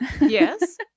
Yes